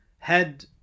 head